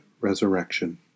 resurrection